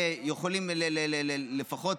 ויכולים לפחות